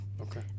Okay